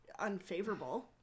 unfavorable